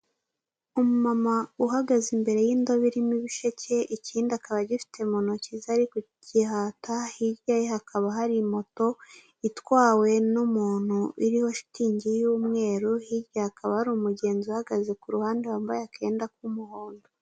Umumama uhagaze imbere y'indobo irimo ibisheke ikindi akaba agifite mu ntoki ze ari kugihata, hirya hakaba hari moto itwawe n'umuntu iriho shitingi y'umweru, hirya akaba ari umugenzi uhagaze ku ruhande wambaye akenda k'umuhondo.